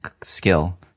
skill